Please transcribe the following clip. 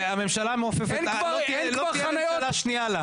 הממשלה המעופפת, לא תהיה ממשלה שנייה לה.